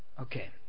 Okay